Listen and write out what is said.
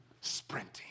sprinting